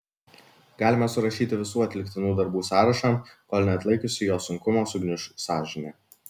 galima surašyti visų atliktinų darbų sąrašą kol neatlaikiusi jo sunkumo sugniuš sąžinė